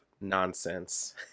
nonsense